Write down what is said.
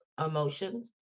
emotions